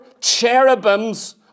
cherubims